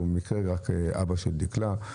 ובמקרה הוא אבא של דיקלה.